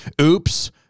Oops